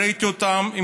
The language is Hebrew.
ראיתי אותם עם